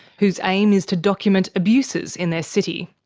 whose aim is to document abuses in their city.